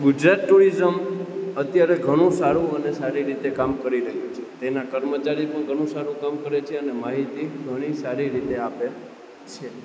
Gujarat tourism અત્યારે ઘણું સારું અને સારી રીતે કામ કરી રહ્યું છે તેના કર્મચારી પણ ઘણું સારું કામ કરે છે અને માહિતી ઘણી સારી રીતે આપે છે